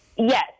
Yes